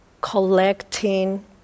collecting